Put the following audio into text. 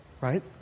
Right